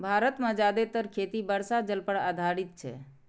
भारत मे जादेतर खेती वर्षा जल पर आधारित छै